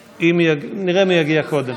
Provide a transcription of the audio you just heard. נראה מי יגיע קודם.